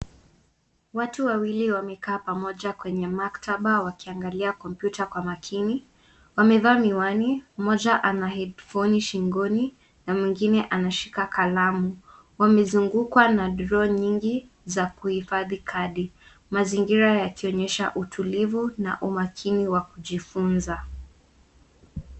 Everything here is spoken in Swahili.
Watu wawili wamekaa pamoja kwenye maktaba wakiangalia kompyuta kwa makini. Wamevaa miwani, mmoja ana headfoni shingoni, na mwingine anashika kalamu. Wamezungukwa na draw nyingi za kuhifadhi kadi . Mazingira yakionyesha utulivu na umakini wa kujifunza.